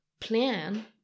plan